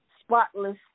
spotless